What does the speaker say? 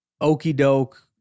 okey-doke